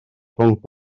rhwng